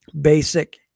Basic